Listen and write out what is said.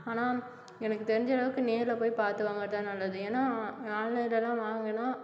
ஆனால் எனக்குத் தெரிஞ்ச அளவுக்கு நேரில் போய் பார்த்து வாங்கிற தான் நல்லது ஏன்னால் ஆன்லைன்லெலாம் வாங்கினா